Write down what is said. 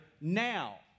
now